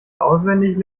auswendig